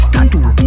Tattoo